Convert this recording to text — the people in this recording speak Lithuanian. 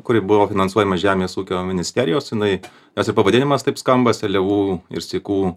kuri buvo finansuojama žemės ūkio ministerijos jinai jos jų pavadinimas taip skamba seliavų ir sykų